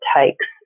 takes